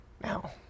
Now